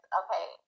okay